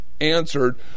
answered